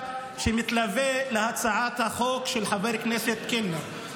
שמתלווה להצעת החוק של חבר הכנסת קלנר.